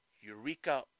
Eureka